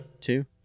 Two